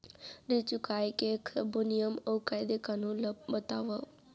ऋण चुकाए के सब्बो नियम अऊ कायदे कानून ला बतावव